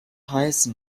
heißen